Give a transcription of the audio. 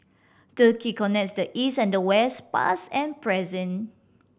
turkey connects the East and the West past and present